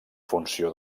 funció